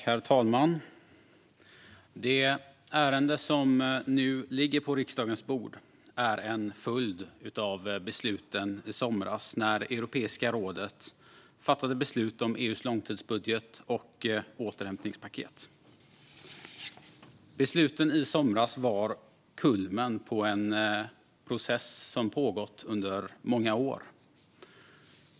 Herr talman! Det ärende som nu ligger på riksdagens bord är en följd av de beslut som Europeiska rådet fattade i somras om EU:s långtidsbudget och återhämtningspaket. Besluten i somras var kulmen på en process som pågått under många år.